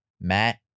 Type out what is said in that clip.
Matt